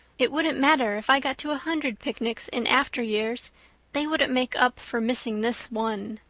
it wouldn't matter if i got to a hundred picnics in after years they wouldn't make up for missing this one.